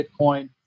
Bitcoin